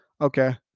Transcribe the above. okay